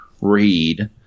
read